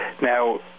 Now